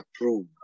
approved